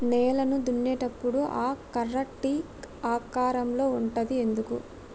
నేలను దున్నేటప్పుడు ఆ కర్ర టీ ఆకారం లో ఉంటది ఎందుకు?